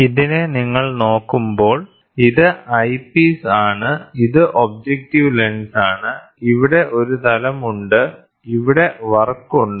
ഇതിനെ നിങ്ങൾ നോക്കുമ്പോൾ ഇത് ഐപീസ് ആണ് ഇത് ഒബ്ജക്ടീവ് ലെൻസാണ് ഇവിടെ ഒരു തലം ഉണ്ട് ഇവിടെ വർക്ക് ഉണ്ട്